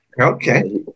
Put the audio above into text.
okay